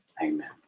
Amen